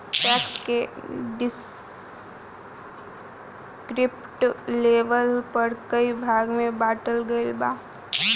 tax के descriptive label पर कई भाग में बॉटल गईल बा